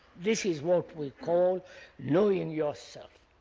this is what we call knowing yourself.